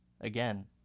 Again